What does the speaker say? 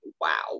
wow